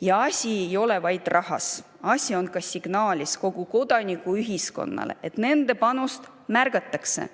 Ja asi ei ole vaid rahas. Asi on ka signaalis kogu kodanikuühiskonnale, et nende panust märgatakse,